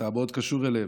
שאתה מאוד קשור אליהם?